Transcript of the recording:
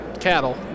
cattle